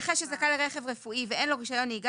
נכה שזכאי לרכב רפואי ואין לו רישיון נהיגה,